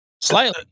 slightly